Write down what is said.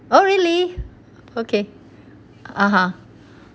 oh really okay (uh huh)